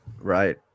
Right